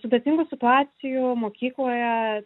sudėtingų situacijų mokykloje